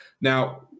Now